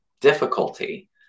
difficulty